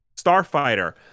Starfighter